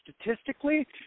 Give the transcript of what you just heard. statistically